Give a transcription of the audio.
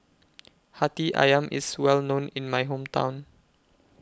Hati Ayam IS Well known in My Hometown